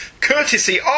courtesy